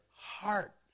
heart